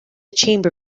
chamber